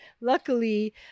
Luckily